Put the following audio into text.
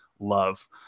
love